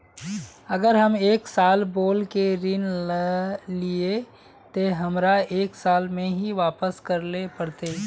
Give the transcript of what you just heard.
अगर हम एक साल बोल के ऋण लालिये ते हमरा एक साल में ही वापस करले पड़ते?